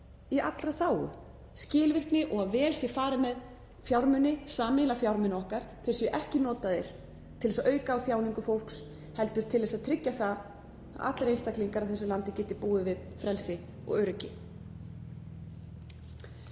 í allra þágu; skilvirkni og að vel sé farið með sameiginlega fjármuni okkar, að þeir séu ekki notaðir til að auka á þjáningu fólks heldur til þess að tryggja að allir einstaklingar í þessu landi geti búið við frelsi og öryggi.